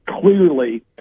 Clearly